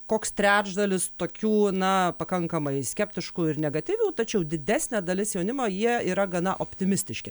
koks trečdalis tokių na pakankamai skeptiškų ir negatyvių tačiau didesnė dalis jaunimo jie yra gana optimistiški